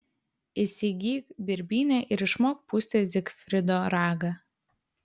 įsigyk birbynę ir išmok pūsti zigfrido ragą